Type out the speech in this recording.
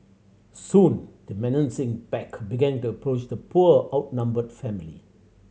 soon the menacing pack began to approach the poor outnumbered family